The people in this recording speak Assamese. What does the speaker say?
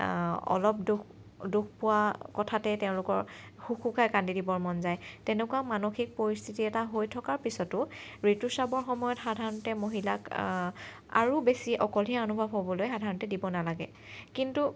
অলপ দুখ দুখ পোৱা কথাতে তেওঁলোকৰ হুকহুকাই কান্দি দিবৰ মন যায় তেনেকুৱা মানসিক পৰিস্থিতি এটা হৈ থকাৰ পিছতো ঋতুস্ৰাৱৰ সময়ত সাধাৰণতে মহিলাক আৰু বেছি অকলশৰীয়া অনুভৱ হ'বলৈ সাধাৰণতে দিব নালাগে কিন্তু